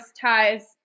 ties